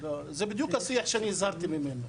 זה בדיוק השיח שאני הזהרתי ממנו.